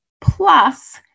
Plus